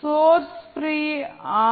source free R